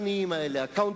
נס,